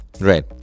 right